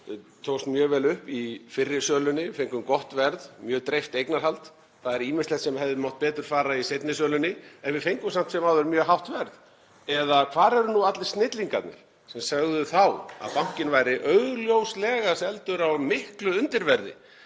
Það tókst mjög vel upp í fyrri sölunni. Við fengum gott verð, mjög dreift eignarhald. Það var ýmislegt sem hefði mátt betur fara í seinni sölunni en við fengum samt sem áður mjög hátt verð, eða hvar eru nú allir snillingarnir sem sögðu þá að bankinn væri augljóslega seldur á miklu undirverði